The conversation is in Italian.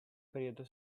periodo